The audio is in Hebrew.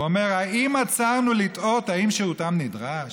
הוא אומר: "האם עצרנו לתהות אם שירותם נדרש?